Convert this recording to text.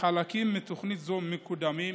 חלקים מתוכנית זו מקודמים,